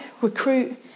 recruit